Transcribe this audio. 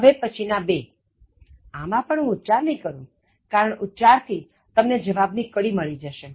હવે પછીના બે આમાં પણ હું ઉચ્ચાર નહીં કરું કારણ ઉચ્ચાર થી તમને જવાબ ની કડી મળી જશે